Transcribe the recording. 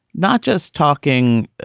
not just talking